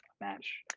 match